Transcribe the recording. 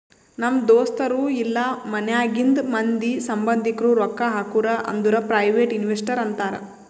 ನಮ್ ದೋಸ್ತರು ಇಲ್ಲಾ ಮನ್ಯಾಗಿಂದ್ ಮಂದಿ, ಸಂಭಂದಿಕ್ರು ರೊಕ್ಕಾ ಹಾಕುರ್ ಅಂದುರ್ ಪ್ರೈವೇಟ್ ಇನ್ವೆಸ್ಟರ್ ಅಂತಾರ್